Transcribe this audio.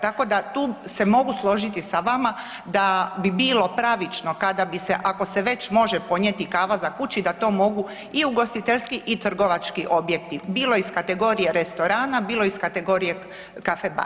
Tako da tu se mogu složiti sa vama da bi bilo pravično kada bi se, ako se već može ponijeti kava za kući da to mogu i ugostiteljski i trgovački objekti bilo iz kategorije restorana, bilo iz kategorije kafe barova.